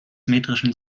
metrischen